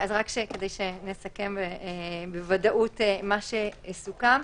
רק כדי שנסכם בוודאות מה שסוכם,